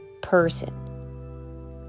person